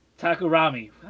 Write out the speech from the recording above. takurami